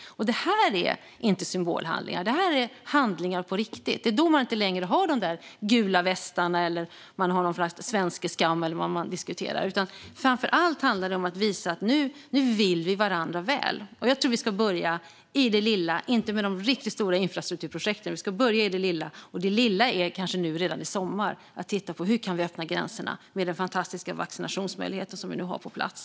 Detta är inte symbolhandlingar. Detta är handlingar på riktigt. Det är då man inte längre har de gula västarna, svenskeskam eller vad man nu diskuterar. Framför allt handlar det om att visa att nu vill vi varandra väl. Jag tror att vi ska börja i det lilla, inte med de riktigt stora infrastrukturprojekten. Vi ska börja i det lilla, och det lilla är kanske att nu, redan i sommar, titta på hur vi kan öppna gränserna, med de fantastiska vaccinationsmöjligheter som vi nu har på plats.